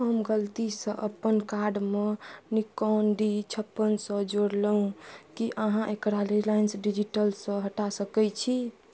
हम गलतीसे अपन कार्डमे निकॉन डी छप्पन सओ जोड़लहुँ कि अहाँ एकरा रिलायन्स डिजिटलसे हटा सकै छी